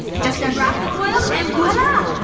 just unwrap the foil and voila!